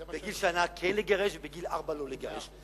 בגיל שנה כן לגרש, ובגיל ארבע לא לגרש.